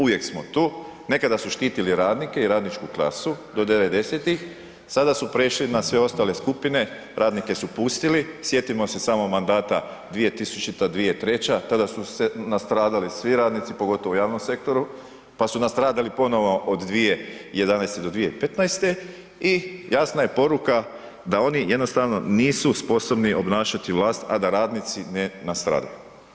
Uvijek smo tu, nekada su štitili radnike i radničku klasu do '90.-tih sada su prešli na sve ostale skupine, radnike su otpustili, sjetimo se samo mandata 2000.-2003., tada su nastradali svi radnici pogotovo u javnom sektoru pa su nastradali ponovno od 2011. do 2015. i jasna poruka da oni jednostavno nisu sposobni obnašati vlasti a da radnici ne nastradaju.